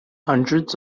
hundreds